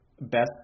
best